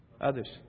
Others